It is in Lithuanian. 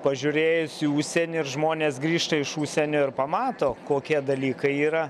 pažiūrėjus į užsienį ir žmonės grįžta iš užsienio ir pamato kokie dalykai yra